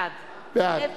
בעד